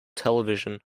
television